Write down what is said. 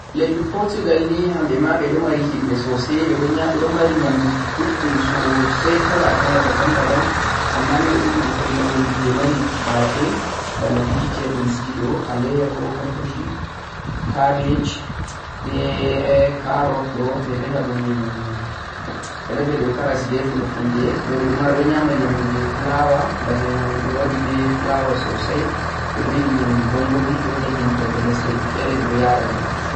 Lee Portugal ni hamɓe ma ɓe ɗo mari himɓe soosay, ɓe ɓe ɗon mari nyaamndu luɗɗum soosay, kala kala 'daban-daban', ammaaa ni ɓe ɓuri yiɗugo nyaamndu jee mari baafe, bana beegetablesji ɗo, alayyaho, kar'kashi',cabbage be carrots ɗow ɓe biyata ɗum karas be Fulfulde, be bo ɓe ɗo nyaama nyaamndu jee flour, bana nyaamndu ɓe waɗi be flour soosay, ɓe ɗon yiɗi nyaamndu gongomi, ɓe ɗo waɗa nyaamndu diga lesɗeeji feere ɓe yaranaɓe.